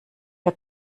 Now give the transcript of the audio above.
wer